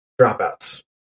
dropouts